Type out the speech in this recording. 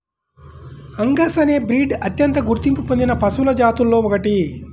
Angus అనే breed అత్యంత గుర్తింపు పొందిన పశువుల జాతులలో ఒకటి